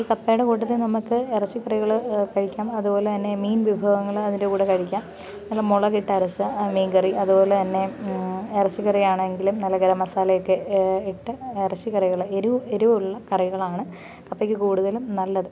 ഈ കപ്പയുടെ കൂട്ടത്തിൽ നമ്മൾക്ക് ഇറച്ചി കറികൾ കഴിക്കാം അതുപോലെ തന്നെ മീൻ വിഭവങ്ങൾ അതിൻ്റെ കൂടെ കഴിക്കാം നല്ല മുളകിട്ട് അരച്ച മീൻ കറി അതുപോലെ തന്നെ ഇറച്ചിക്കറി ആണെങ്കിലും നല്ല ഗരംമസാലയൊക്കെ ഇട്ട് ഇറച്ചിക്കറികൾ എരിവ് എരിവ് ഉള്ള കറികളാണ് കപ്പയ്ക്ക് കൂടുതലും നല്ലത്